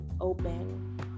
open